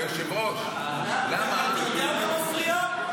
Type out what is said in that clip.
אתה יודע מה מפריע?